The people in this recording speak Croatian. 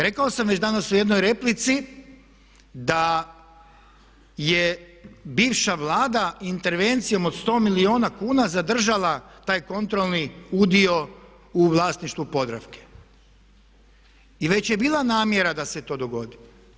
Rekao sam već danas u jednoj replici da je bivša Vlada intervencijom od 100 milijuna kuna zadržala taj kontrolni udio u vlasništvu Podravke i već je bila namjera da se to dogodi.